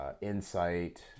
insight